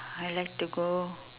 I like to go